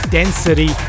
Density